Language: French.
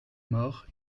mort